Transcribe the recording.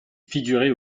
figurer